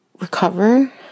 recover